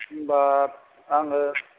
होनबा आङो